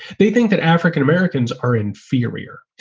they think that african-americans are inferior.